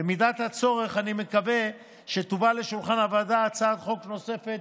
במידת הצורך אני מקווה שתובא לשולחן הוועדה הצעת חוק נוספת